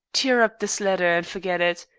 tear up this letter and forget it.